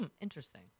interesting